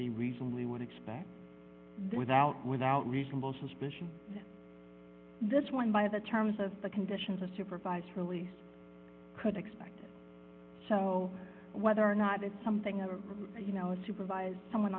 the reason we want to expect without without reasonable suspicion this one by the terms of the conditions of supervised release could expect so whether or not it's something i you know supervise someone